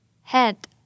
Head